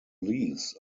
leaves